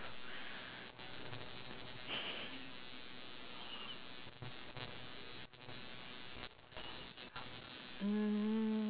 um